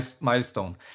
milestone